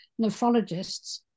nephrologists